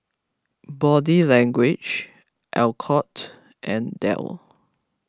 Body Language Alcott and Dell